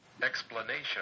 explanation